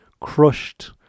Crushed